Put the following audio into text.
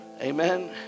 Amen